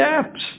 steps